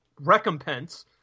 recompense